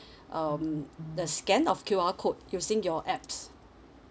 um the scan of Q_R code using your apps